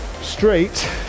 straight